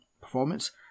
performance